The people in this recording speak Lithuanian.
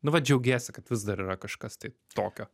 nu vat džiaugiesi kad vis dar yra kažkas tai tokio